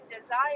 desire